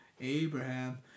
Abraham